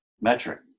metric